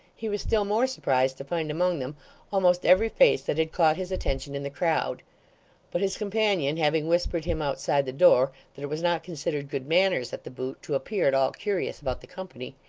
he was still more surprised to find among them almost every face that had caught his attention in the crowd but his companion having whispered him outside the door, that it was not considered good manners at the boot to appear at all curious about the company,